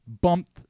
bumped